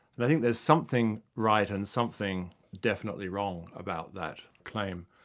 and i think there's something right and something definitely wrong about that claim.